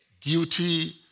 duty